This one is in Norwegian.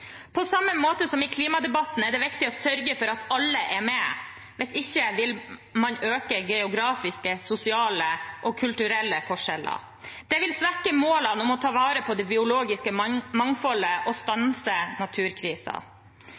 På samme måte som i klimadebatten er det viktig å sørge for at alle er med. Hvis ikke vil man øke geografiske, sosiale og kulturelle forskjeller. Det vil svekke målene om å ta vare på det biologiske mangfoldet og